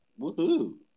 Woohoo